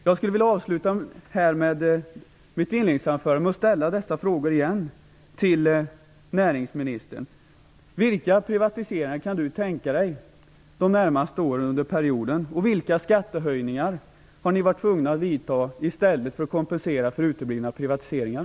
Jag avslutar mitt inledningsanförande med att ställa dessa frågor på nytt till näringsministern. Vilka privatiseringar kan näringsministern tänka sig under de närmaste åren? Vilka skattehöjningar har regeringen varit tvungen att vidta för att kompensera för uteblivna privatiseringar?